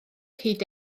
hyd